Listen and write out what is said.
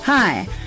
Hi